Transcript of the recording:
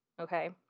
Okay